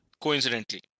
Coincidentally